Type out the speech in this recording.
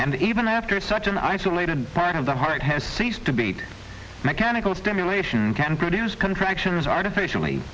and even after such an isolated part of the heart has ceased to be mechanical stimulation can produce contractions artificially